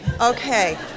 okay